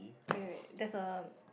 wait wait wait there's a